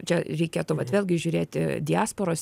čia reikėtų vat vėlgi žiūrėti diasporos